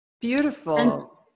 Beautiful